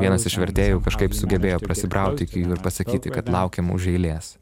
vienas iš vertėjų kažkaip sugebėjo prasibrauti iki jų ir pasakyti kad laukiam už eilės